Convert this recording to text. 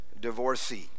divorcee